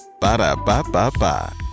Ba-da-ba-ba-ba